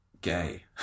gay